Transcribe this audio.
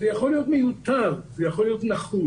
זה יכול להיות מיותר, זה לא יכול להיות נחוץ,